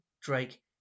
Drake